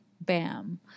Bam